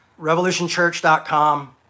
Revolutionchurch.com